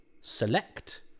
select